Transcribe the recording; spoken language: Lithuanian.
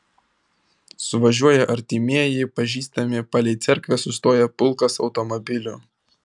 suvažiuoja artimieji pažįstami palei cerkvę sustoja pulkas automobilių